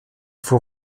faut